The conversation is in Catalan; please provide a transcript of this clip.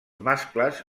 mascles